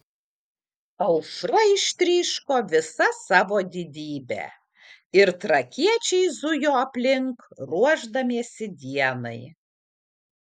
aušra ištryško visa savo didybe ir trakiečiai zujo aplink ruošdamiesi dienai